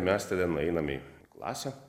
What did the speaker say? mes tada nueinam į klasę